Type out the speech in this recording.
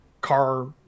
car